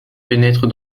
pénètre